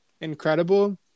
incredible